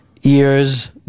years